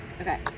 Okay